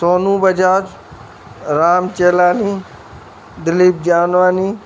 Sonu Bajaj Ram Chelani Dilip Janwani